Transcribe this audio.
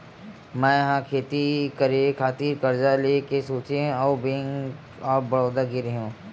मै ह खेती करे खातिर करजा लेय के सोचेंव अउ बेंक ऑफ बड़ौदा गेव रेहेव